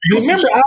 Remember